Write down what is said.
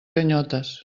ganyotes